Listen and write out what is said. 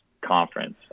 conference